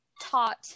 taught